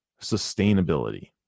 Sustainability